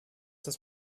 das